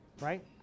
right